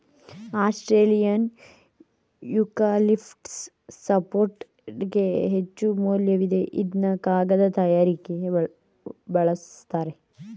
Australian eucalyptus ಸಾಫ್ಟ್ವುಡ್ಗೆ ಹೆಚ್ಚುಮೌಲ್ಯವಿದೆ ಇದ್ನ ಕಾಗದ ತಯಾರಿಕೆಗೆ ಬಲುಸ್ತರೆ